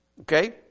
Okay